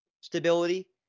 stability